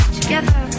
together